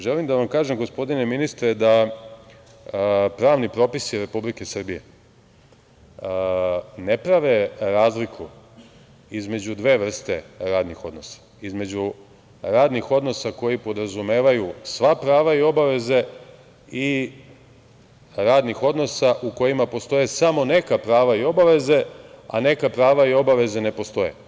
Želim da vam kažem, gospodine ministre, da pravni propisi Republike Srbije ne prave razliku između dve vrste radnih odnosa, između radnih odnosa koji podrazumevaju sva prava i obaveze i radnih odnosa u kojima postoje samo neka prava i obaveze, a neka prava i obaveze ne postoje.